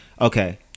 okay